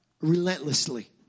relentlessly